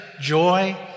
joy